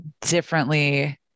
differently